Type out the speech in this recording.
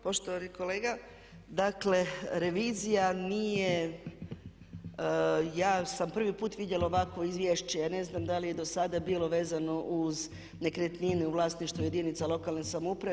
Poštovani kolega, dakle revizija nije, ja sam prvi puta vidjela ovakvo izvješće, ja ne znam da li je do sada bilo vezano uz nekretnine u vlasništvu jedinica lokalne samouprave.